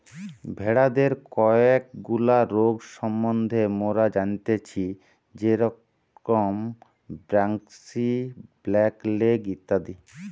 ভেড়াদের কয়েকগুলা রোগ সম্বন্ধে মোরা জানতেচ্ছি যেরম ব্র্যাক্সি, ব্ল্যাক লেগ ইত্যাদি